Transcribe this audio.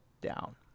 down